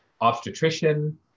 obstetrician